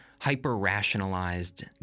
hyper-rationalized